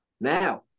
Now